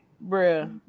bro